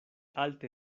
alte